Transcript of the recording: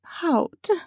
pout